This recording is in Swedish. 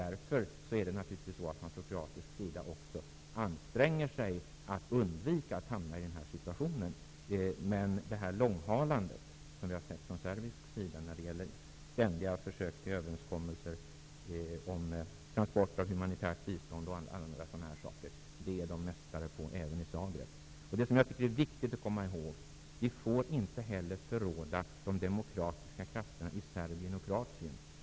Därför anstränger man sig naturligtvis från kroatisk sida för att undvika att hamna i en sådan situation. Det långhalande som vi sett från serbisk sida när det gäller ständiga försök till överenskommelser om transporter av humanitärt bistånd och annat är man mästare på även i Zagreb. Det är viktigt att komma ihåg att vi inte heller får förråda de demokratiska krafterna i Serbien och Kroatien.